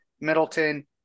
Middleton